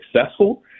successful